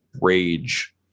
rage